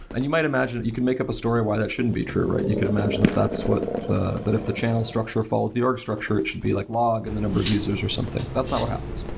and you might imagine, you can make up a story why that shouldn't be true. you could imagine that that's what the that if the channel structure follows the org structure, it should be like log and the number of users or something. that's not what happens.